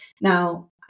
Now